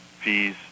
fees